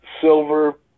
silver